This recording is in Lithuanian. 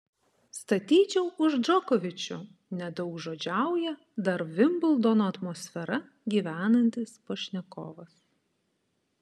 statyčiau už džokovičių nedaugžodžiauja dar vimbldono atmosfera gyvenantis pašnekovas